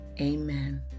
Amen